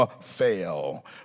fail